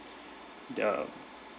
uh